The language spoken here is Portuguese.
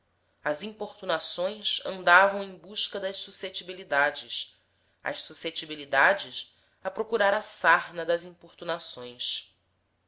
as importunações andavam em busca das suscetibilidades as suscetibilidades a procurar a sarna das importunações